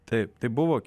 taip tai buvo